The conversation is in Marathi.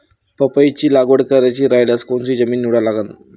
पपईची लागवड करायची रायल्यास कोनची जमीन निवडा लागन?